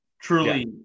truly